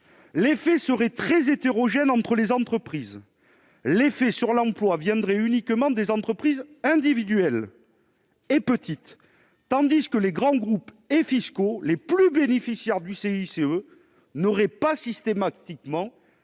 L'effet serait très hétérogène entre les entreprises : l'effet sur l'emploi viendrait uniquement des entreprises individuelles tandis que les groupes fiscaux les plus bénéficiaires du CICE n'auraient pas systématiquement